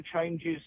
changes